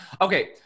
Okay